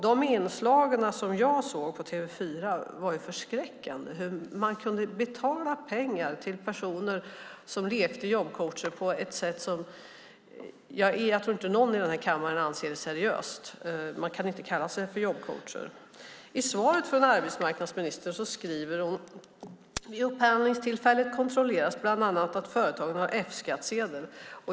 De inslag som jag såg på TV4 var förskräckande, hur man kunde betala pengar till personer som lekte jobbcoach på ett sätt som jag inte tror att någon i denna kammare anser vara seriöst. De kan inte kalla sig för jobbcoacher. I svaret säger arbetsmarknadsminister att "vid upphandlingstillfället kontrolleras bland annat att företagen har F-skattsedel".